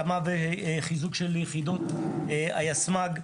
הקמה וחיזוק של יחידות היסמ״ג,